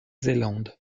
zélande